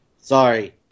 Sorry